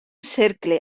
cercle